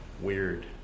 Weird